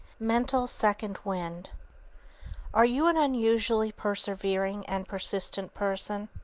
mental second wind are you an unusually persevering and persistent person?